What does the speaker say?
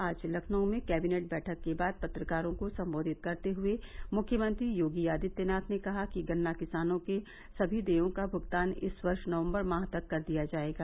आज लखनऊ में कैबिनेट बैठक के बाद पत्रकारों को संबोधित करते हुए मुख्यमंत्री योगी आदित्यनाथ ने कहा कि गन्ना किसानों के सभी देयों का भुगतान इस वर्ष नवम्बर माह तक कर दिया जायेगा